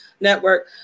Network